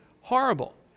horrible